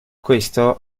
questo